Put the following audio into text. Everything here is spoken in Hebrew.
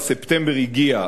אז ספטמבר הגיע.